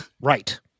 Right